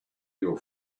your